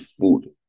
food